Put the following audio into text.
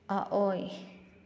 ꯑꯑꯣꯏ